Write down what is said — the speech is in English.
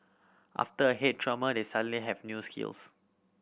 after a head trauma they suddenly have new skills